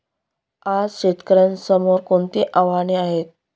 आज शेतकऱ्यांसमोर कोणती आव्हाने आहेत?